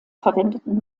verwendeten